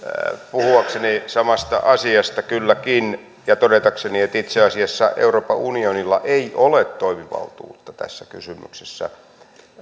puhuakseni samasta asiasta kylläkin ja todetakseni että itse asiassa euroopan unionilla ei ole toimivaltuutta tässä kysymyksessä paragrafi